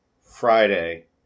Friday